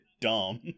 dumb